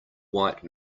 white